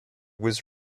was